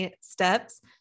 steps